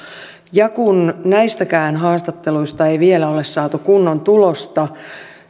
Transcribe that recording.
ja kun näistäkään haastatteluista ei vielä ole saatu kunnon tulosta